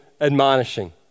admonishing